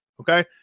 okay